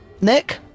Nick